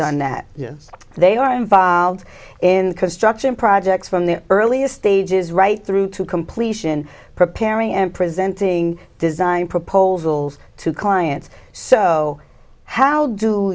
done that yes they are involved in construction projects from their earliest stages right through to completion preparing and presenting design proposals to clients so how do